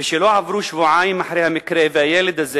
ושלא עברו שבועיים אחרי המקרה והילד הזה